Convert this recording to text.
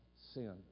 sin